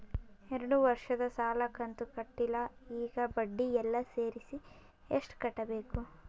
ಎರಡು ವರ್ಷದ ಸಾಲದ ಕಂತು ಕಟ್ಟಿಲ ಈಗ ಬಡ್ಡಿ ಎಲ್ಲಾ ಸೇರಿಸಿ ಎಷ್ಟ ಕಟ್ಟಬೇಕು?